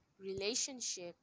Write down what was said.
relationship